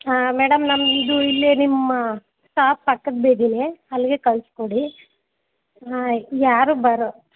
ಹಾಂ ಮೇಡಮ್ ನಮ್ಮದು ಇಲ್ಲೇ ನಿಮ್ಮ ಶಾಪ್ ಪಕ್ಕದ ಬೀದಿಲಿ ಅಲ್ಲಿಗೆ ಕಳ್ಸಿ ಕೊಡಿ ಹಾಂ ಯಾರು ಬರೋ